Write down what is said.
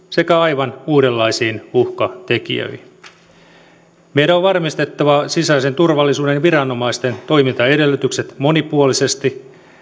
sekä aivan uudenlaisia uhkatekijöitä ja varautumaan niihin meidän on varmistettava sisäisen turvallisuuden viranomaisten toimintaedellytykset monipuolisesti